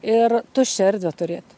ir tuščią erdvę turėti